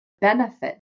benefit